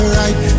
right